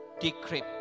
decrypt